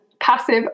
passive